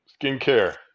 Skincare